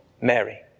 Mary